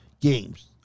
games